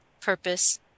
purpose